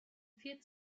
vier